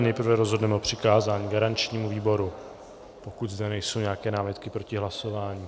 Nejprve rozhodneme o přikázání garančnímu výboru pokud zde nejsou nějaké námitky proti hlasování.